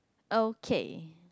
okay